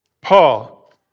Paul